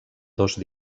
dos